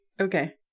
Okay